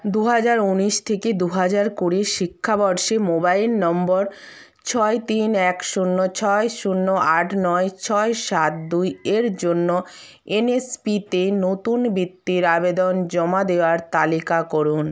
দু হাজার উনিশ থেকে দু হাজার কুড়ি শিক্ষাবর্ষে মোবাইল নম্বর ছয় তিন এক শূন্য ছয় শূন্য আট নয় ছয় সাত দুই এর জন্য এন এস পি তে নতুন বৃত্তির আবেদন জমা দেওয়ার তালিকা করুন